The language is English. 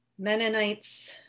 Mennonites